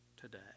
today